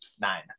Nine